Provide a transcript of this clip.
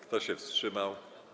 Kto się wstrzymał?